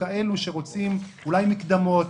לאלה שרוצים אולי מקדמות,